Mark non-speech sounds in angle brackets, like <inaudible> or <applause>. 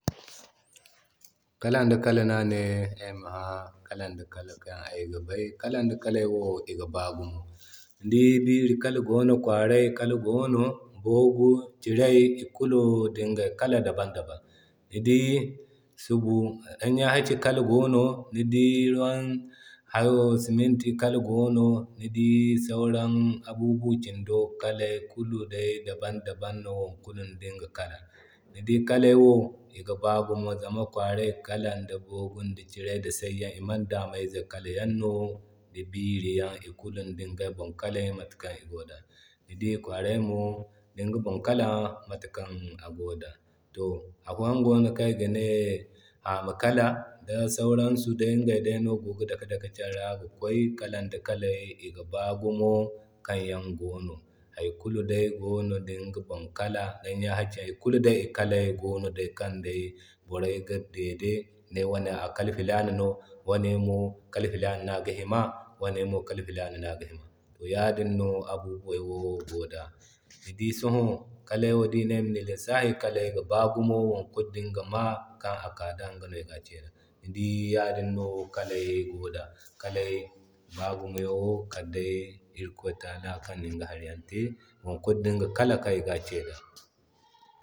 <noise> Kalan ŋda kala no a ne ayma kalan ŋda kala kan ayga bay. Kalan ŋda kalay wo iga ba gumo, ni dii biiri kala gono kwaray kala gono boogu ciray ikulu dingay kala ŋda ban da ban. Ni dii subu <hesitation> kala gono ni dii ruwan <unintelligible> siminti kala gono ni dii sauran abubuwa kindo kalay kulu day ŋda ban ŋda ban no kulun day da inga kala. Ni dii kalay wo iga baa gumo zama kwaray kalan da bogun ŋda ciray da sayyan imandame kala yan no ndi biiri yan ikulu dingay bon kala mate kan igo da. Ni dii mo kwaray mo dinga bon kala matakan a goda. To afoyan gono kan iga ne haamo kala da sauransu day iŋgay day no gogi dake kera ga gi kway kalan da kalay iga baa gumo kaŋyan gono hari kulu day gono dungay bon kalay. Hari kulu day ikalay gono di kan day boray ga dede ga ne wane kala fila no wane mo kala filana no aga hina wane mo kala filana no aga hina. To ya din no abubuway gonon da. Ni di sõhõ kalay wo di ne aymani lissahi kalay ga baa gumo wo kulu dinga ma kan a kaa da no iga ke da. Ni dii yadin no kalay wo gonon da, kalay iga ba gumo kadday irikoy tala kannin ga hari yaŋ te, wo kulu dinga kala kan iga kee da. <noise>